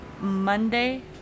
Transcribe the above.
Monday